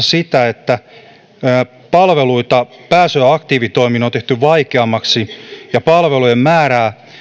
sitä että pääsyä aktiivitoimiin on tehty vaikeammaksi ja palvelujen määrää